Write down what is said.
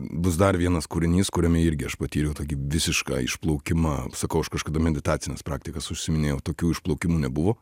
bus dar vienas kūrinys kuriame irgi aš patyriau tokį visišką išplaukimą sakau aš kažkada meditacines praktikas užsiiminėjau tokių išplaukimų nebuvo